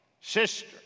sister